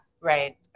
Right